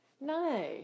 No